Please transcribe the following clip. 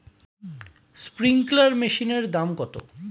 Sprinkler মেশিনের দাম কত?